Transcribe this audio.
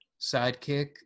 sidekick